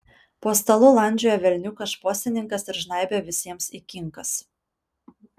po stalu landžiojo velniukas šposininkas ir žnaibė visiems į kinkas